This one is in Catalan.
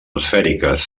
esfèriques